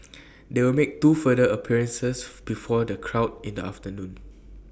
they will make two further appearances before the crowd in the afternoon